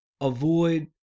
avoid